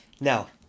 Now